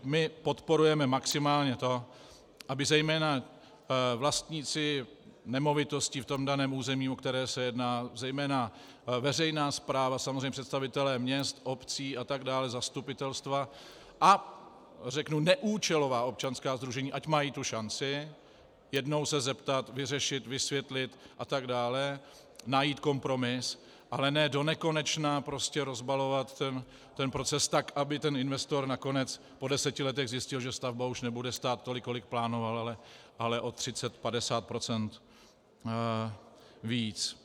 My podporujeme maximálně to, aby zejména vlastníci nemovitostí v daném území, o které se jedná, zejména veřejná správa, samozřejmě představitelé měst, obcí a tak dále, zastupitelstva, řeknu neúčelová občanská sdružení, měli tu šanci jednou se zeptat, vyřešit, vysvětlit a tak dále, najít kompromis, ale ne donekonečna rozbalovat proces, tak aby investor nakonec po deseti letech zjistil, že stavba už nebude stát tolik, kolik plánoval, ale o 30, 50 % víc.